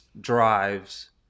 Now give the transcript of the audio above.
drives